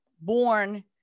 born